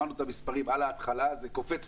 שמענו את המספרים, על ההתחלה זה קופץ.